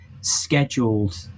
scheduled